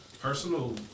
personal